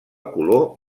color